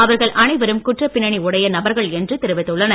அவர்கள் அனைவரும் குற்றப் பின்னணி உடைய நபர்கள் என்று தெரிவித்துள்ளனர்